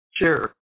Sure